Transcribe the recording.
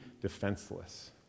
defenseless